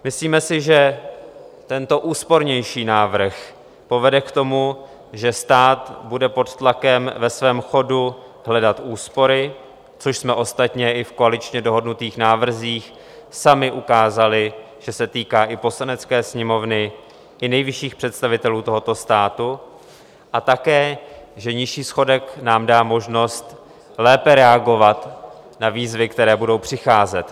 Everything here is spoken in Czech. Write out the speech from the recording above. Myslíme si, že tento úspornější návrh povede k tomu, že stát bude pod tlakem ve svém chodu hledat úspory, což jsme ostatně i v koaličně dohodnutých návrzích sami ukázali, že se týká i Poslanecké sněmovny i nejvyšších představitelů tohoto státu a také že nižší schodek nám dá možnost lépe reagovat na výzvy, které budou přicházet.